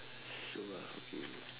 shiok